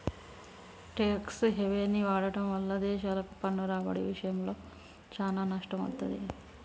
tax హెవెన్ని వాడటం వల్ల దేశాలకు పన్ను రాబడి ఇషయంలో చానా నష్టం వత్తది